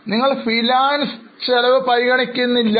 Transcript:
നിങ്ങൾ ഫൈനാൻസ് ചെലവ് പരിഗണിക്കുന്നില്ല